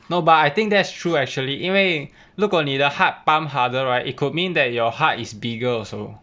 no but I think that's true actually 因为如果你的 heart pump harder right it could mean that your heart is bigger also